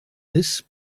this